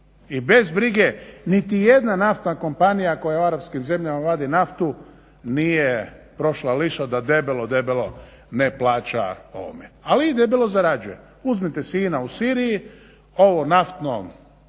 I bez brige niti jedna naftna kompanija koja u arapskim zemljama vadi naftu nije prošla lično da debelo, debelo ne plaća … ali debelo zarađuje. Uzmite si INA u Siriji ovo naftno